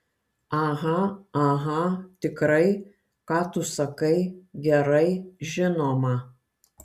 aha aha tikrai ką tu sakai gerai žinoma